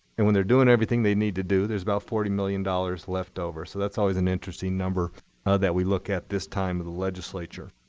and when they're doing everything they need to do, there's about forty million dollars left over. so that's always an interesting number that we look at this time of the legislature.